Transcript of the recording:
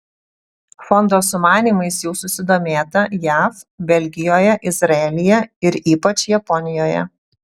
fondo sumanymais jau susidomėta jav belgijoje izraelyje ir ypač japonijoje